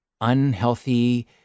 unhealthy